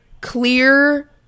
clear